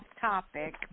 topic